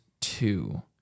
two